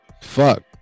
fuck